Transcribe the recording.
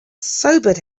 sobered